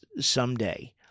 someday